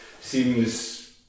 seems